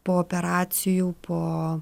po operacijų po